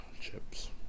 Chips